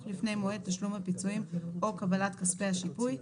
לפני מועד תשלום הפיצויים או קבלת כספי השיפוי,